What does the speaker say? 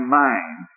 mind